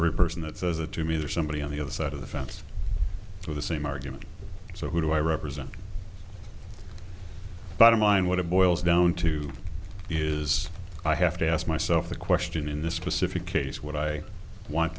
every person that says that to me or somebody on the other side of the fence for the same argument so who do i represent bottom line what it boils down to is i have to ask myself the question in this specific case what i want